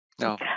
No